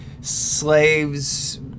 slaves